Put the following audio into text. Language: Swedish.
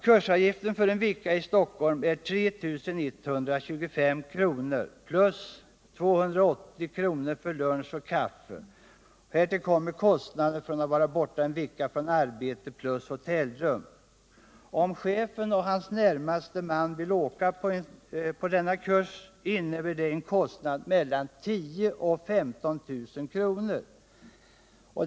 Kursavgiften för en vecka i Stockholm är 3 125 kr. plus 280 kr. för lunch och kaffe. Härtill kommer kostnaden för att vara borta en vecka från arbetet plus kostnaden för hotellrum. Om chefen och hans närmaste man vill åka på denna kurs, innebär det en kostnad på mellan 10 000 och 15 000 kr.